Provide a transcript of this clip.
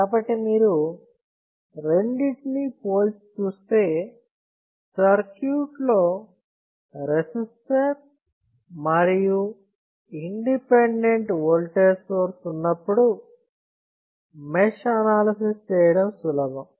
కాబట్టి మీరు రెండింటిని పోల్చి చూస్తే సర్క్యూట్ లో రెసిస్టర్ మరియు ఇండిపెండెంట్ వోల్టేజ్ సోర్స్ ఉన్నప్పుడు మెష్ అనాలసిస్ చేయడం సులభం